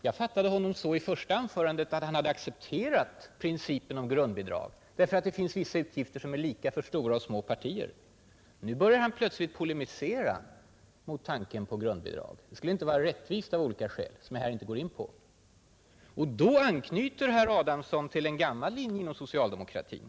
Jag fattade honom så i hans första anförande att han hade accepterat principen om grundbidrag, eftersom det finns utgifter som är lika för stora och små partier. Nu börjar han plötsligt polemisera mot tanken på grundbidrag och påstår att det inte skulle vara rättvist av olika skäl, som jag här inte går in på. Då anknyter herr Adamsson till en gammal linje inom socialdemokratin.